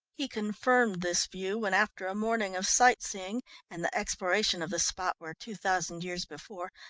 he confirmed this view when after a morning of sight-seeing and the exploration of the spot where, two thousand years before,